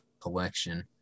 collection